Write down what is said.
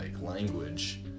Language